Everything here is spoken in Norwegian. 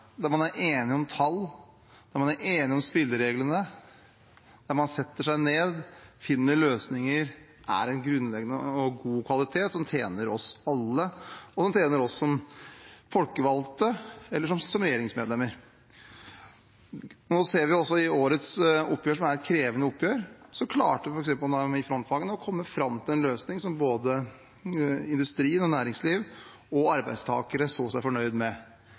der man er enige om tall, der man er enige om spillereglene, der man setter seg ned og finner løsninger, er en grunnleggende og god kvalitet som tjener oss alle, og som tjener oss som folkevalgte og regjeringsmedlemmer. Nå ser vi også i årets oppgjør, som er et krevende oppgjør, at frontfagene klarte å komme fram til en løsning som både industri, næringsliv og arbeidstakere så seg fornøyd med.